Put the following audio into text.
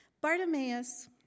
Bartimaeus